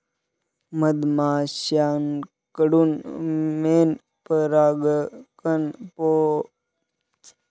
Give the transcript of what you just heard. मधमाश्यांकडून मेण, परागकण, प्रोपोलिस आणि विष मिळते